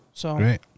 great